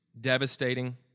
Devastating